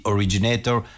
Originator